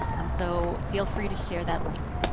um so feel free to share that link.